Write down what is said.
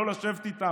לא לשבת איתם,